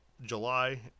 July